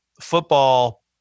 football